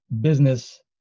business